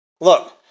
Look